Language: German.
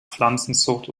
pflanzenzucht